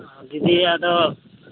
ᱫᱤᱫᱤ ᱟᱫᱚ